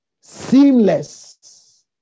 Seamless